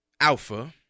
Alpha